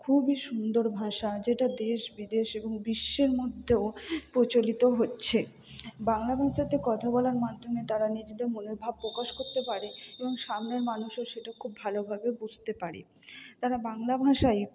খুবই সুন্দর ভাষা যেটা দেশ বিদেশ এবং বিশ্বের মধ্যেও প্রচলিত হচ্ছে বাংলা ভাষাতে কথা বলার মাধ্যমে তারা নিজেদের মনের ভাব প্রকাশ করতে পারে এবং সামনের মানুষের সেটা খুব ভালোভাবে বুঝতে পারে তারা বাংলা ভাষায়